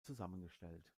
zusammengestellt